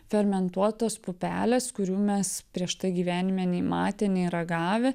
fermentuotos pupelės kurių mes prieš tai gyvenime nei matę nei ragavę